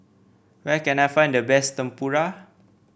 where can I find the best Tempura